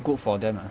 good for them lah